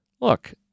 look